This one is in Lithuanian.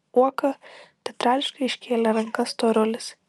uoka teatrališkai iškėlė rankas storulis